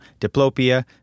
diplopia